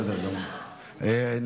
מקובל עליי.